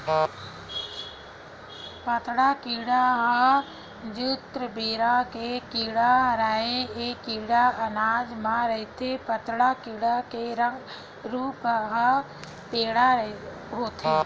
पताड़ा कीरा ह जुन्ना बेरा के कीरा हरय ऐ कीरा अनाज म रहिथे पताड़ा कीरा के रंग रूप ह पंडरा होथे